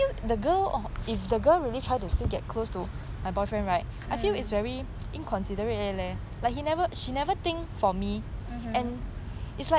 mm mmhmm